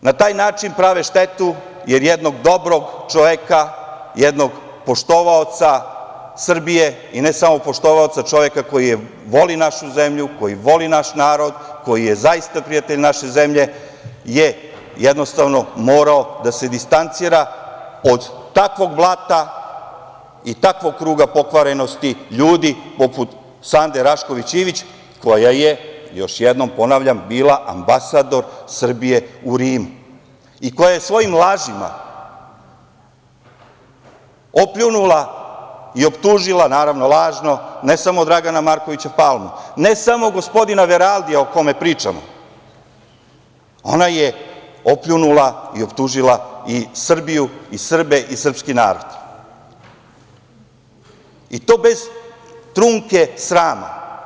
Naravno, na taj način prave štetu jer jednog dobrog čoveka, jednog poštovaoca Srbije i ne samo poštovaoca, čoveka koji voli našu zemlju, koji voli naš narod, koji je zaista prijatelj naše zemlje, je morao da se distancira od takvog blata i takvog kruga pokvarenosti ljudi poput Sande Rašković Ivić, koja je, još jednom ponavljam, bila ambasador Srbije u Rimu i koja je svojim lažima opljunula i optužila, naravno lažno, ne samo Dragana Markovića Palmu, ne samo gospodina Veraldija, o kome pričamo, ona je opljunula i optužila i Srbiju i Srbe i srpski narod, i to bez trunke srama.